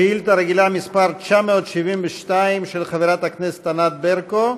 שאילתה רגילה מס' 972, של חברת הכנסת ענת ברקו: